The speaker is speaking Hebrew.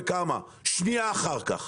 וכמה; שנייה אחר כך,